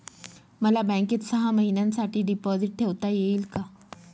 मला बँकेत सहा महिन्यांसाठी डिपॉझिट ठेवता येईल का?